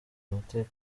amateka